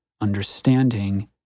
understanding